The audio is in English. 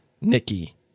Nikki